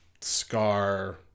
SCAR